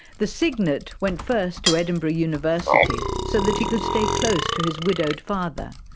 the cygnet went first to edinburgh university so that he could stay close to his widowed father.